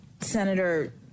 Senator